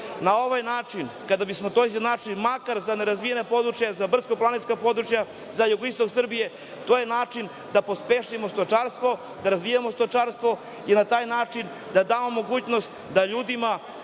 Na ovaj način, kada bismo to izjednačili makar za nerazvijena područja, za brdsko-planinska područja, za jugoistok Srbije, to je način da pospešimo stočarstvo, da razvijamo stočarstvo i na taj način da damo mogućnost da ljudi